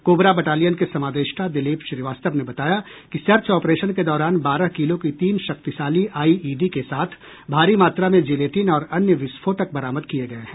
cobra battalion के समादेष्टा दिलीप श्रीवास्तव ने बताया कि सर्च ऑपरेशन के दौरान बारह किलो की तीन शक्तिशाली आईईडी के साथ भारी मात्रा में जिलेटिन और अन्य विस्फोटक बरामद किए गए हैं